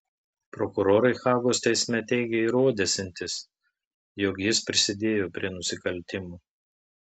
prokurorai hagos teisme teigė įrodysiantys jog jis prisidėjo prie nusikaltimų